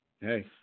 hey